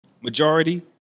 majority